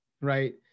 right